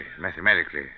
mathematically